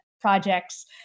projects